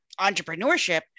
entrepreneurship